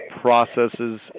processes